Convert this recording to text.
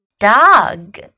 Dog